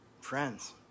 friends